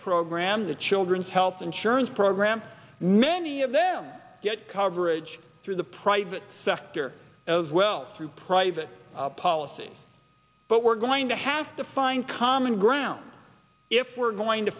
program the children's health insurance program many of them get coverage through the private sector as well through private policy but we're going to have to find common ground if we're going to